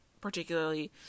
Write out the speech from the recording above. particularly